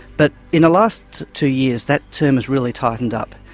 but in the last two years that term has really tightened up.